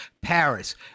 Paris